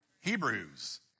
Hebrews